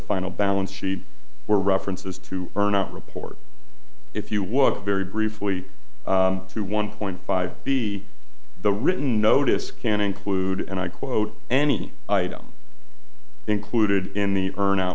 final balance sheet were references to burn out report if you look very briefly to one point five b the written notice can include and i quote any item included in the earn out